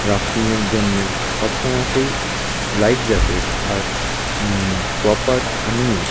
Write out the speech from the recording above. রাফটিংয়ের জন্যে সব সময়তেই লাইফ জ্যাকেট আর প্রপার স্থানীয়